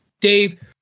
dave